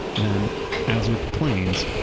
then as with planes,